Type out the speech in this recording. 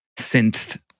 synth